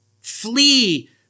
Flee